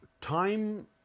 time